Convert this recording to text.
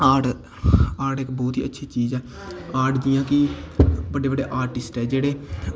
art art इक्क बहोत ई अच्छी चीज़ ऐ आर्ट जियां की बड्डे बड्डे आर्टिस्ट ऐ